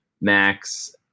Max